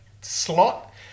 slot